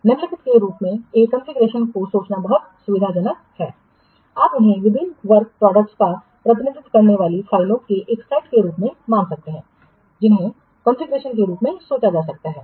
निम्नलिखित के रूप में एक कॉन्फ़िगरेशन को सोचना बहुत सुविधाजनक है आप उन्हें विभिन्न वर्क प्रोडक्टस का प्रतिनिधित्व करने वाली फाइलों के एक सेट के रूप में मान सकते हैं जिन्हें कॉन्फ़िगरेशन के रूप में सोचा जा सकता है